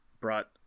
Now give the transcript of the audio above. brought